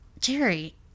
Jerry